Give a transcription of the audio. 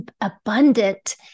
abundant